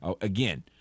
Again—